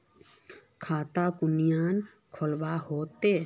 खाता कुनियाँ खोलवा होते?